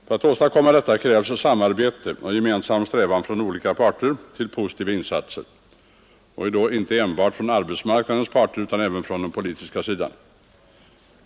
För att åstadkomma detta krävs samarbete och gemensam strävan från olika parter till positiva insatser — inte enbart från arbetsmarknadens parter utan även från den politiska sidan.